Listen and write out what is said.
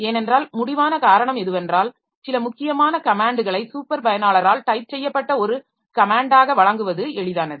ஏனென்றால்முடிவான காரணம் எதுவென்றால் சில முக்கியமான கமேன்ட்களை சூப்பர் பயனாளரால் டைப் செய்யப்பட்ட ஒரு கமேன்டாக வழங்குவது எளிதானது